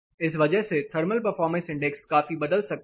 इस वजह से थर्मल परफॉर्मेंस इंडेक्स काफी बदल सकता हैं